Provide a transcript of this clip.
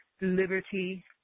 liberty